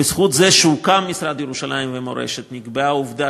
בזכות זה שהוקם המשרד לירושלים ומורשת נקבעה עובדה